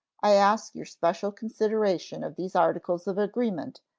i ask your special consideration of these articles of agreement,